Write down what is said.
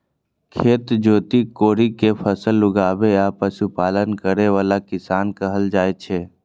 खेत जोति कोड़ि कें फसल उगाबै आ पशुपालन करै बला कें किसान कहल जाइ छै